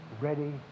ready